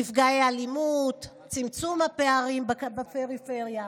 נפגעי אלימות, צמצום הפערים בפריפריה.